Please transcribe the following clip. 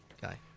guy